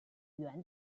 救援